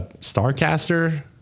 Starcaster